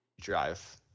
drive